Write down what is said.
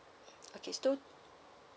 okay so